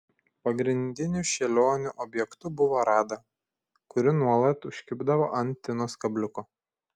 pagrindiniu šėlionių objektu buvo rada kuri nuolat užkibdavo ant tinos kabliuko